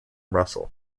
russell